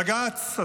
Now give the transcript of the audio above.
בג"ץ,